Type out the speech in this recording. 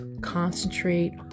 concentrate